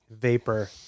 vapor